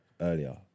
earlier